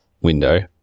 window